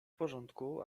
porządku